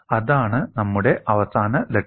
അതാണ് നമ്മുടെ അവസാന ലക്ഷ്യം